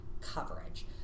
coverage